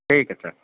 ٹھیک ہے سر